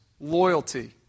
loyalty